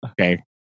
Okay